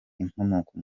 inkomoko